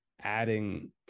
adding